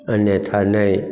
अन्यथा नहि